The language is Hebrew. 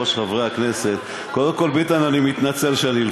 חבר הכנסת דוד אמסלם.